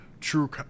true